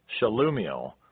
Shalumiel